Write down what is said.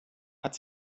hat